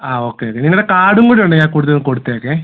ആ ഓക്കെ നിങ്ങളെ കാർഡും കൂടെ ഉണ്ട് ഞാൻ കൂടുതൽ കൊടുത്തേക്കേ